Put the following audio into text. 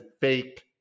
fake